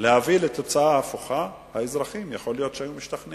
להביא לתוצאה הפוכה, יכול להיות שהאזרחים